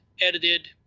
edited